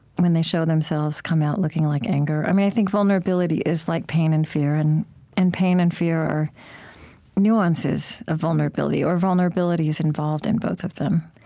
when they show themselves, come out looking like anger. i think vulnerability is like pain and fear. and and pain and fear are nuances of vulnerability or vulnerability is involved in both of them.